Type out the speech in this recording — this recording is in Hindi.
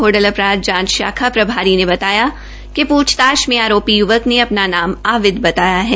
होडल अपराध जांच शाखा प्रभारी ने बताया कि पृछताछ में आरोपी यवक ने अपना नाम आविद बताया है